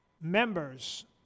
members